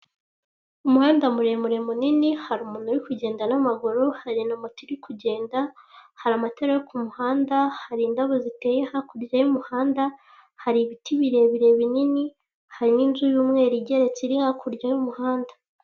Umuhanda muremure munini hari umuntu uri kugenda n'amaguru, hari na moto iri kugenda, hari amatara yo ku muhanda, hari indabo ziteye hakurya y'umuhanda, hari ibiti birebire binini, hari n'inzu y'umweru igeretse iri hakurya y'umuhanda.